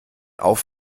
auf